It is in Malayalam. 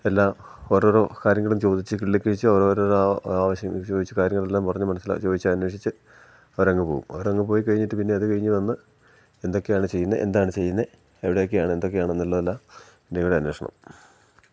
എല്ലാ ഓരോ ഓരോ കാര്യങ്ങളും ചോദിച്ചു കിള്ളിക്കിഴിച്ചു അവർ ഓരോ ആവശ്യം ചോദിച്ചു കാര്യങ്ങളെല്ലാം പറഞ്ഞു മനസ്സിൽ ചോദിച്ചു അന്വേഷിച്ചു അവർ അങ്ങ് പോകും അവർ അ ങ്ങ് പോയി കഴിഞ്ഞിട്ട് പിന്നെ അത് കഴിഞ്ഞു വന്നു എന്തൊക്കെയാണ് ചെയ്യുന്നത് എന്താണ് ചെയ്യുന്നത് എവിടെയൊക്കെയാണ് എന്തൊക്കെയാണ് എന്നുള്ളതെല്ലാം അന്വേഷണം